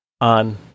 on